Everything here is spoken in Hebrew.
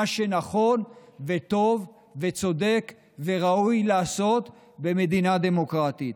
שנכון וטוב וצודק וראוי לעשות במדינה דמוקרטית.